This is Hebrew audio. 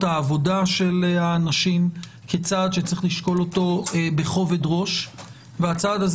העבודה של האנשים כצעד שצריך לשקול אותו בכובד ראש והצעד הזה